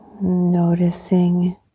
Noticing